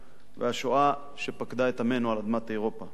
והשואה שפקדה את עמנו על אדמת אירופה.